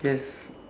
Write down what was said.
test